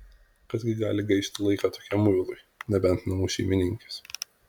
kas gi gali gaišti laiką tokiam muilui nebent namų šeimininkės